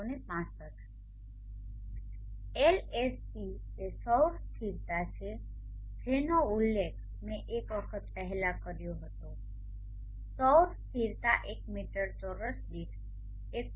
LSC એ સૌર સ્થિરતા છે જેનો ઉલ્લેખ મેં એક વખત પહેલાં કર્યો હતો સૌર સ્થિરતા એક મીટર ચોરસ દીઠ 1